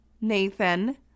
Nathan